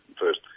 First